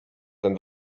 ten